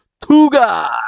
Tuga